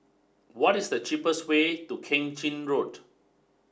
what is the cheapest way to Keng Chin Road